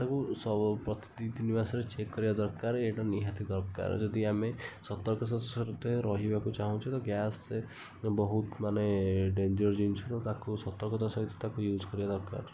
ତାକୁ ସ ପ୍ରତି ଦୁଇ ତିନି ମାସରେ ଚେକ୍ କରିବା ଦରକାର ଏଇଟା ନିହାତି ଦରକାର ଯଦି ଆମେ ସତର୍କତାର ସହିତ ରହିବାକୁ ଚାହୁଁଛୁ ତ ଗ୍ୟାସ୍ ବହୁତ ମାନେ ଡେଞ୍ଜର୍ ଜିନିଷ ତାକୁ ସତର୍କତାର ସହିତ ତାକୁ ୟୁଜ୍ କରିବା ଦରକାର